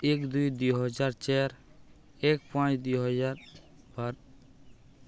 ଏକ ଦୁଇ ଦୁଇ ହଜାର ଚାରି ଏକ ପାଞ୍ଚ ଦୁଇ ହଜାର ବାର